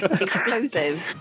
Explosive